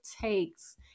takes